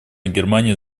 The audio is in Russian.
германии